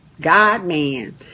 God-man